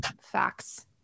facts